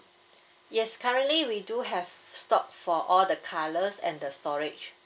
yes currently we do have stock for all the colours and the storage